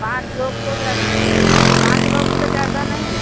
पाँच लोग सो ज्या पाँच लोग से ज़्यादा नहीं